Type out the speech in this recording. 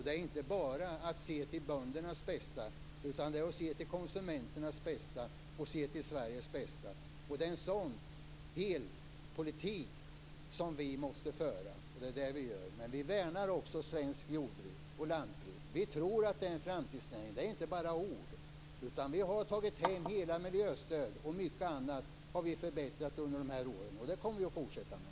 Det är inte bara att se till böndernas bästa, utan det är att se till konsumenternas bästa och till Sveriges bästa. Det är en sådan hel politik som vi måste föra, och det är det vi gör. Men vi värnar också svenskt jordbruk och lantbruk. Vi tror att det är en framtidsnäring. Det är inte bara ord, utan vi har tagit hem hela miljöstöd och förbättrat mycket annat under de här åren. Det kommer vi att fortsätta med.